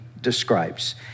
describes